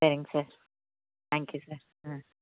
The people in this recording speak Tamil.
சரிங்க சார் தேங்க்யூ சார் ஆ